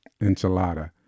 enchilada